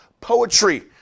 poetry